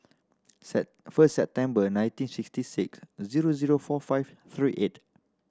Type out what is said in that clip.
first September nineteen sixty six zero zero four five three eight